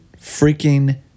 Freaking